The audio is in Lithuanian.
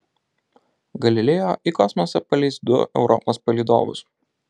galileo į kosmosą paleis du europos palydovus